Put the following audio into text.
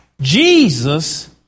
Jesus